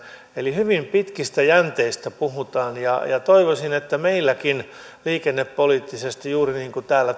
eli hyvin pitkistä jänteistä puhutaan toivoisin että meilläkin liikennepoliittisesti juuri niin kuin täällä